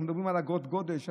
אנחנו מדברים על אגרות גודש.